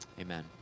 Amen